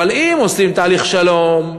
אבל אם עושים תהליך שלום,